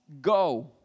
go